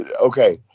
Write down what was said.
okay